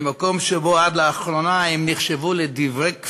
ממקום שבו עד לאחרונה הם נחשבו לדברי כפירה,